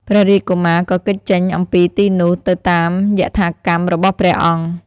ព្រះរាជកុមារក៏គេចចេញអំពីទីនោះទៅតាមយថាកម្មរបស់ព្រះអង្គ។